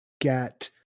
get